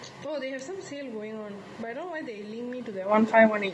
oh they have some sale going on but I don't why they link me to that one five one eight